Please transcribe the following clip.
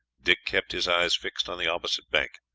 dick kept his eyes fixed on the opposite bank.